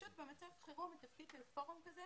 ופשוט במצב חירום התפקיד של פורום כזה